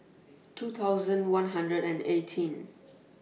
two thousand one hundred and eighteen